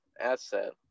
asset